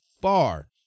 far